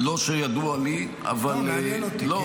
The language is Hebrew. לא שידוע לי, אבל --- לא, מעניין אותי.